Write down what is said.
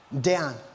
down